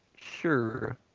Sure